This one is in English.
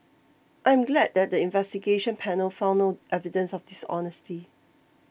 I'm glad that the Investigation Panel found no evidence of dishonesty